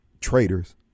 traitors